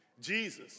Jesus